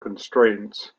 constraints